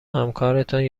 همکارتان